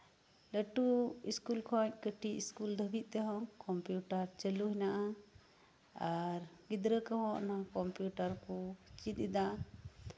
ᱞᱟᱴᱩ ᱤᱥᱠᱩᱞ ᱠᱷᱚᱡ ᱠᱟᱴᱤᱡ ᱤᱥᱠᱩᱞ ᱠᱚᱨᱮ ᱦᱚᱸ ᱠᱚᱢᱯᱤᱭᱩᱴᱟᱨ ᱪᱟᱞᱩ ᱦᱮᱱᱟᱜᱼᱟ ᱟᱨ ᱜᱤᱫᱽᱨᱟᱹ ᱠᱚᱦᱚᱸ ᱱᱚᱣᱟ ᱠᱚᱢᱯᱤᱭᱩᱴᱟᱨ ᱠᱚ ᱪᱮᱫ ᱮᱫᱟ